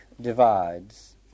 divides